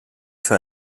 für